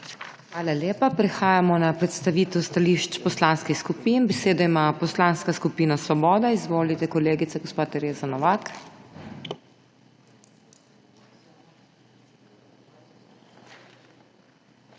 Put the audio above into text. Hvala lepa. Prehajamo na predstavitev stališč poslanskih skupin. Besedo ima Poslanska skupina Svoboda. Izvolite, kolegica gospa Tereza Novak. TEREZA